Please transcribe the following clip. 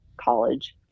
college